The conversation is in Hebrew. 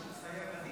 מתחייב אני.